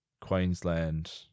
Queensland